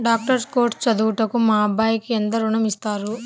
Doctor course చదువుటకు మా అబ్బాయికి ఎంత ఋణం ఇస్తారు?